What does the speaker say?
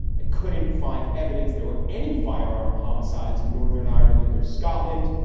i couldn't find evidence there were any firearm homicides in northern ireland or scotland.